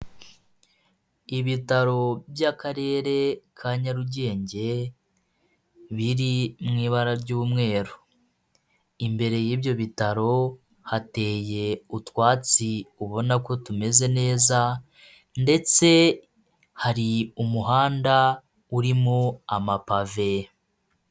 Ibitaro by'akarere ka Nyarugenge biri mu ibara ry'umweru, imbere y'ibyo bitaro hateye utwatsi ubona ko tumeze neza ndetse hari umuhanda urimo amapave.